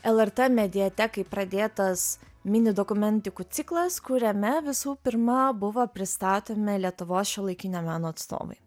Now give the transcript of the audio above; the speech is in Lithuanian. lrt mediatekai pradėtas mini dokumentikų ciklas kuriame visų pirma buvo pristatomi lietuvos šiuolaikinio meno atstovai